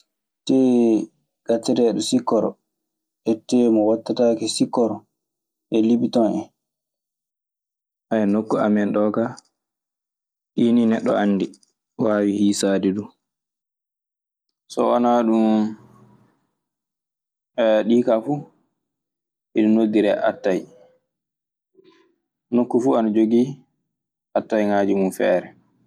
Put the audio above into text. Tee gatteteɗo sikkoro, e te mo wattatake sikkoro, e libiton hen. nokku amen ɗoo kaa, ɗii nii neɗɗo anndi, waawi hiisaade du. So wonaa ɗum, ɗi ka fuu ina noddiree ataye. Nokku fuu ina jogii atayŋaaji mun feere.